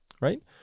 right